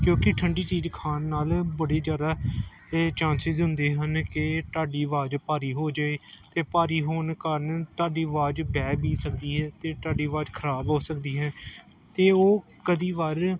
ਕਿਉਂਕਿ ਠੰਡੀ ਚੀਜ਼ ਖਾਣ ਨਾਲ ਬੜੀ ਜ਼ਿਆਦਾ ਇਹ ਚਾਂਸਿਸ ਹੁੰਦੇ ਹਨ ਕਿ ਤੁਹਾਡੀ ਆਵਾਜ਼ ਭਾਰੀ ਹੋ ਜਾਵੇ ਅਤੇ ਭਾਰੀ ਹੋਣ ਕਾਰਨ ਤੁਹਾਡੀ ਆਵਾਜ਼ ਬਹਿ ਵੀ ਸਕਦੀ ਹੈ ਅਤੇ ਤੁਹਾਡੀ ਆਵਾਜ਼ ਖਰਾਬ ਹੋ ਸਕਦੀ ਹੈ ਅਤੇ ਉਹ ਕਦੇ ਵਾਰ